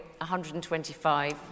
125